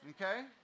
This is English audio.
Okay